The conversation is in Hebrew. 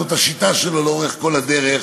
זאת השיטה שלו לאורך כל הדרך.